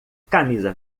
camisa